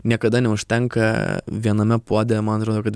niekada neužtenka viename puode man rodo kad